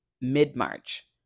mid-March